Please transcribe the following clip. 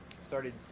started